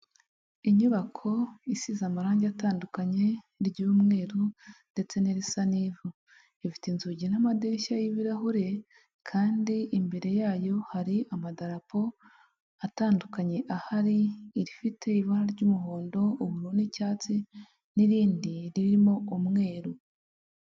Inyubako isize amarangi atandukanye, iry'umweru ndetse n'irisa n'ivu. Ifite inzugi n'amadirishya y'ibirahure kandi imbere yayo hari amadarapo atandukanye, hari irifite ibara ry'umuhondo, ubururu n'icyatsi n'irindi ririmo umweru.